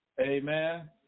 Amen